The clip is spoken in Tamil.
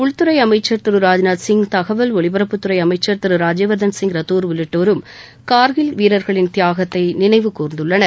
உள்துறை அமைச்சர் திரு ராஜ்நாத்சிங் தகவல் ஒலிபரப்புத்துறை அமைச்சர் திரு ராஜ்யவர்தன் சிங் ரத்தோர் உள்ளிட்டோரும் கார்கில் வீரர்களின் தியாகத்தை நினைவு கூர்ந்துள்ளனர்